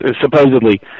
supposedly